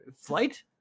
Flight